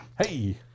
hey